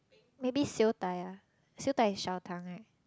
maybe siew dai ah siew dai is 小糖 right